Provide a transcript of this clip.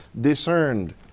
discerned